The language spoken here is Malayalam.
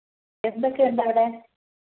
എന്തൊക്കെയുണ്ടവിടെ